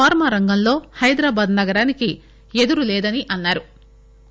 pharma రంగంలో హైదరాబాద్ నగరానికి ఎదురులేదని అన్నారు